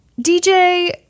DJ